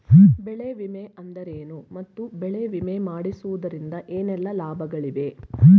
ಬೆಳೆ ವಿಮೆ ಎಂದರೇನು ಮತ್ತು ಬೆಳೆ ವಿಮೆ ಮಾಡಿಸುವುದರಿಂದ ಏನೆಲ್ಲಾ ಲಾಭಗಳಿವೆ?